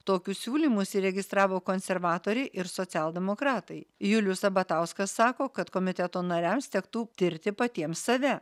tokius siūlymus įregistravo konservatoriai ir socialdemokratai julius sabatauskas sako kad komiteto nariams tektų tirti patiems save